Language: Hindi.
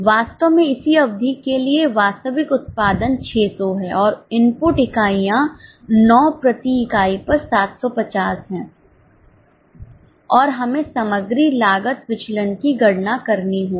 वास्तव में इसी अवधि के लिए वास्तविक उत्पादन 600 हैं और इनपुट इकाइयाँ 9 प्रति इकाई पर 750 हैं और हमें सामग्री लागत विचलन की गणना करनी होगी